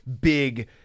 big